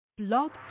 blog